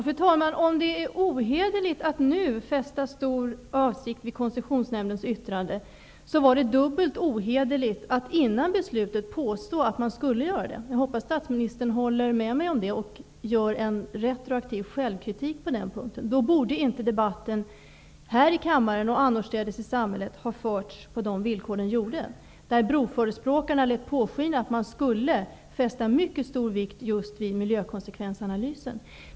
Fru talman! Om det är ohederligt att nu fästa stor avsikt vid Koncessionsnämndens yttrande så var det dubbelt ohederligt att före beslutet påstå att man skulle göra det. Jag hoppas att statsministern håller med mig om det och ägnar sig åt en retroaktiv självkritik på den punkten. Debatten här i kammaren och annorstädes i samhället borde inte ha förts på de villkor som den har gjort. Broförespråkarna lät påskina att man skulle fästa mycket stor vikt vid just miljökonsekvensanalysen.